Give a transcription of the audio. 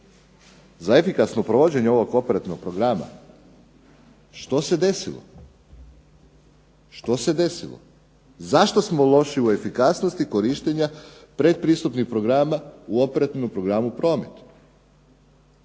za efikasno provođenje ovog operativnog programa što se desilo? Što se desilo? Zašto smo loši u efikasnosti korištenja pretpristupnih programa u operativnom programu promet?